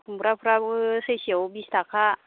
खुमब्राफ्राबो सैसेयाव बिस थाखा